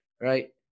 right